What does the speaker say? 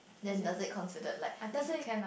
then does it considered like let's say